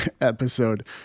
episode